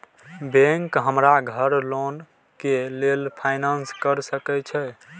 Bank हमरा घर loan के लेल फाईनांस कर सके छे?